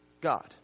God